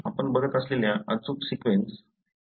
probe म्हणजे आपण बघत असलेला अचूक सीक्वेन्स